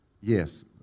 Yes